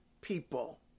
people